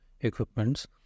equipments